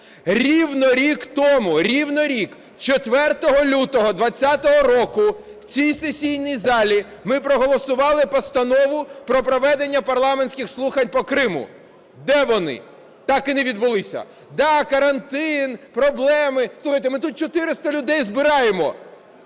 Рівно рік тому, рівно рік, 4 лютого 20-го року в цій сесійній залі ми проголосували Постанову про проведення парламентських слухань по Криму. Де вони? Так і не відбулися. Так, карантин, проблеми. Слухайте, ми тут 400 людей збираємо.